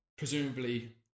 Presumably